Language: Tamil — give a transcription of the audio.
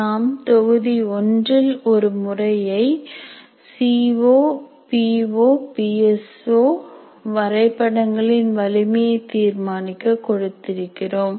நாம் தொகுதி ஒன்றில் ஒரு முறையை C O P O P S O வரைபடங்களின் வலிமையை தீர்மானிக்க கொடுத்திருந்தோம்